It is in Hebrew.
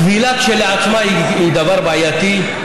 הכבילה כשלעצמה היא דבר בעייתי.